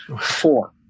Four